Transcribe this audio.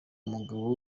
umugabo